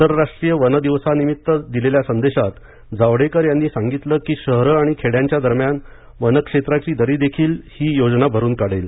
आंतरराष्ट्रीय वन दिवसानिमित्त दिलेल्या संदेशात जावडेकर यांनी सांगितलं की शहरं आणि खेड्यांच्या दरम्यान वनक्षेत्राची दरी देखील ही योजना भरून काढेल